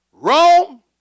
Rome